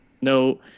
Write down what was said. no